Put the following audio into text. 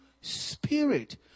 spirit